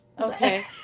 Okay